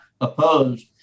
opposed